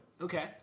Okay